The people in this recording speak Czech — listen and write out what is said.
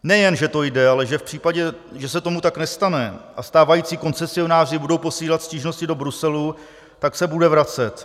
Nejen že to jde, ale že v případě, že se tomu tak nestane a stávající koncesionáři budou posílat stížnosti do Bruselu, tak se bude vracet.